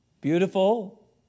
beautiful